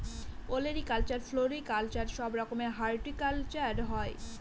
olericulture, floriculture সব রকমের horticulture হয়